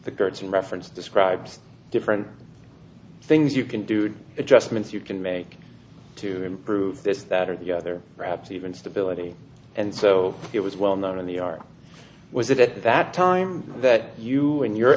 the guard's reference describes different things you can do to adjustments you can make to improve this that or the other perhaps even stability and so it was well known in the army was it at that time that you and your